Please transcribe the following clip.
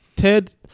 Ted